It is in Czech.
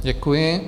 Děkuji.